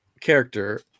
character